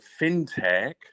FinTech